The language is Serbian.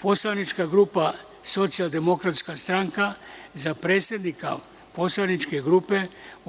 Poslanička grupa Socijaldemokratska stranka – za predsednika poslaničke grupe